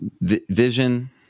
vision